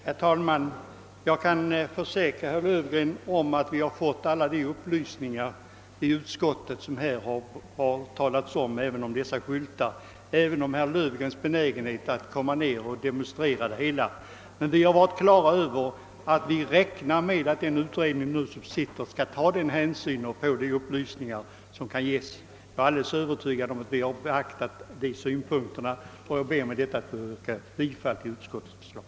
Herr talman! Jag kan försäkra herr Löfgren att utskottet fått alla de upplysningar som det här talats om — även beträffande skyltarna liksom också om herr Löfgrens benägenhet att komma och demonstrera. Men vi har räknat med att den nu sittande utredningen skall inhämta de upplysningar som kan lämnas och jag är alldeles övertygad om att den beaktar dem. Jag ber med dessa ord att få yrka bifall till utskottets förslag.